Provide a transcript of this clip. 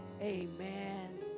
Amen